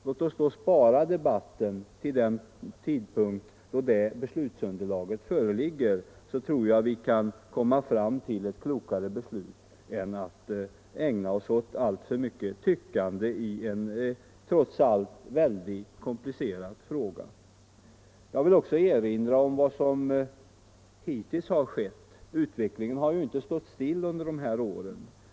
Låt oss spara debatten till den tidpunkt då det beslutsunderlaget föreligger, då tror jag vi kan komma fram till ett klokare beslut än om vi ägnar oss åt alltför mycket tyckande i en trots allt väldigt komplicerad fråga. Jag vill också erinra om vad som hittills har skett. Utvecklingen har ju inte stått stilla under de här åren.